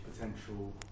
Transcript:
potential